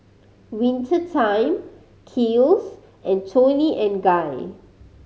Winter Time Kiehl's and Toni and Guy